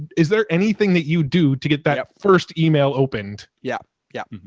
is there anything that you do to get that first email opened? yeah. yeah.